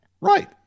Right